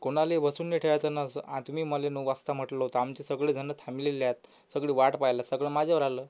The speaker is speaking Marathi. कोणाला बसवून नाही ठेवायचं ना असं तुम्ही मला नऊ वाजता म्हटलं होतं आमचे सगळेजण थांबलेले आहेत सगळी वाट पहायला सगळं माझ्यावर आलं